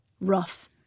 Rough